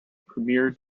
premier